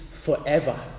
forever